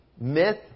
myth